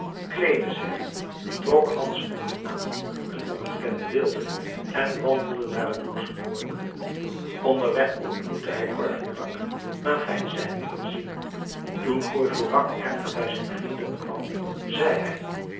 kleedde zich trok handschoenen aan-een ongekende weelde en wandelde naar het luxemburg onderweg ontmoette hij courfeyrac maar veinsde hem niet te zien toen courfeyrac echter bij zijn vrienden kwam zei hij